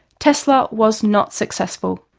tesla was not successful.